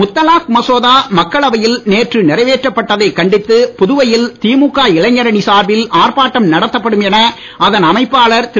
முத்தலாக் மசோதா மக்களவையில் நேற்று நிறைவேற்றப் பட்டதைக் கண்டித்து புதுவையில் திமுக இளைஞர் அணி சார்பில் ஆர்ப்பாட்டம் நடத்தப்படும் என அதன் அமைப்பாளர் திரு